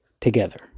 together